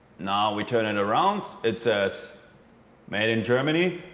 now, we turn it around. it says made in germany.